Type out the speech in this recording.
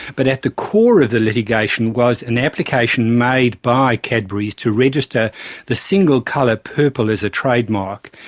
but at the core of the litigation was an application made by cadbury's to register the single colour purpose as a trademark,